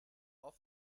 oft